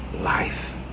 life